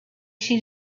she